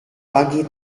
pagi